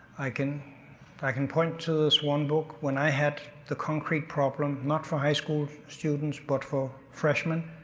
i can i can point to the swan book. when i had the concrete problem, not for high school students but for freshman,